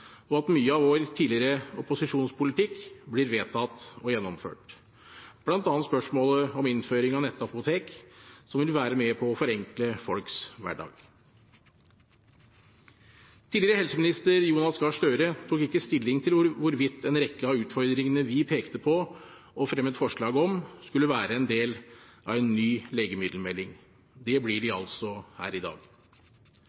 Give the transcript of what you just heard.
og at mye av vår tidligere opposisjonspolitikk blir vedtatt og gjennomført, bl.a. spørsmålet om innføring av nettapotek, som vil være med på å forenkle folks hverdag. Tidligere helseminister Jonas Gahr Støre tok ikke stilling til hvorvidt en rekke av utfordringene vi pekte på og fremmet forslag om, skulle være en del av en ny legemiddelmelding. Det blir de